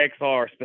XR